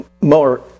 more